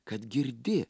kad girdi